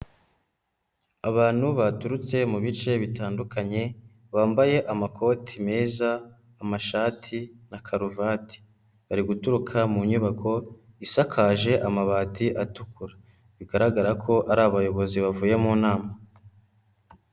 Abantu baturutse mu bice bitandukanye bambaye amakoti meza amashati na karuvati, bari guturuka mu nyubako isakaje amabati atukura, bigaragara ko ari abayobozi bavuye mu nama.